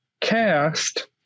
cast